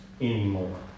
anymore